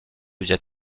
viêt